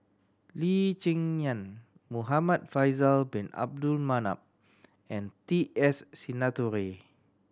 Lee Cheng Yan Muhamad Faisal Bin Abdul Manap and T S Sinnathuray